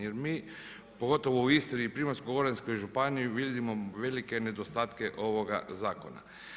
Jer mi, pogotovo u Istri i Primorsko-goranskoj županiji vidimo velike nedostatke ovoga zakona.